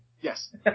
Yes